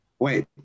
Wait